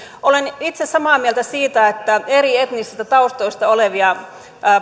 olen itse samaa mieltä siitä että eri etnisistä taustoista olevia